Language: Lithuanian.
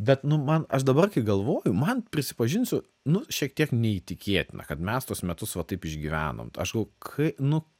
bet nu man aš dabar kai galvoju man prisipažinsiu nu šiek tiek neįtikėtina kad mes tuos metus va taip išgyvenom aš galvojau kai nu